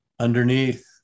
Underneath